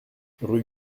rue